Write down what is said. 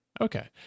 okay